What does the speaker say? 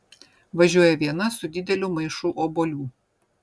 važiuoja viena su dideliu maišu obuolių